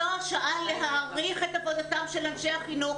זאת השעה להעריך את עבודתם של אנשי החינוך,